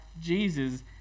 Jesus